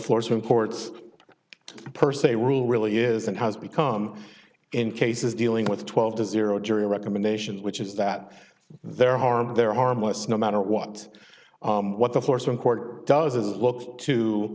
floors from courts per se rule really is and has become in cases dealing with twelve to zero jury recommendations which is that there harm there harm us no matter what what the force in court does it look to